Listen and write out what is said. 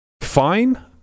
fine